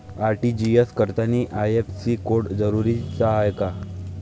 RTGS करतांनी IFSC code जरुरीचा हाय का?